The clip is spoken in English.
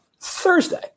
Thursday